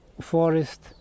forest